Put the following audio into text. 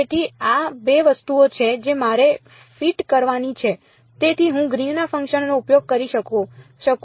તેથી આ 2 વસ્તુઓ છે જે મારે ફિટ કરવાની છે જેથી હું ગ્રીનના ફંક્શનનો ઉપયોગ કરી શકું